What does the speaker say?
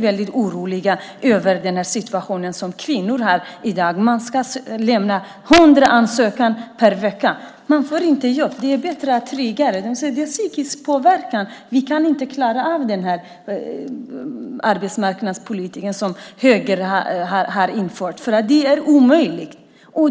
väldigt oroliga över den situation som kvinnor har i dag. Man lämnar in hundra ansökningar per vecka, men man får inte jobb. Det ger psykisk påverkan. Man kan inte klara av det med den arbetsmarknadspolitik som högern har infört. Det blir omöjligt.